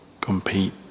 compete